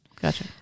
Gotcha